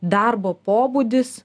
darbo pobūdis